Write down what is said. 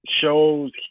shows